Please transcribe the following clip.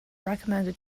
recommended